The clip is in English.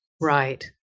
Right